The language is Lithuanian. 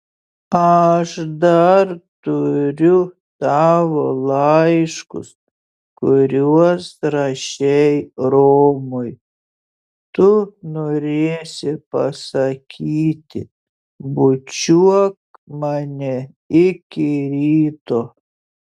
aš dar turiu tavo laiškus kuriuos rašei romui tu norėsi pasakyti bučiuok mane iki ryto